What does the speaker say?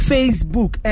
Facebook